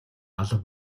алга